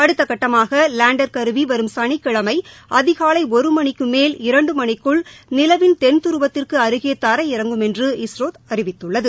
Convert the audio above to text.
அடுத்த கட்டமாக லேண்டர் கருவி வரும் சளிக்கிழமை அதிகாலை ஒரு மணிக்கு மேல் இரண்டு மணிக்குள் நிலவின் தென் துருவத்திற்கு அருகே தரையிறங்கும் என்று இஸ்ரோ அறிவித்துள்ளது